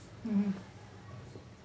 mm